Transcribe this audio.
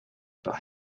par